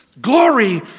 Glory